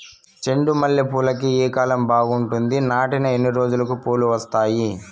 చెండు మల్లె పూలుకి ఏ కాలం బావుంటుంది? నాటిన ఎన్ని రోజులకు పూలు వస్తాయి?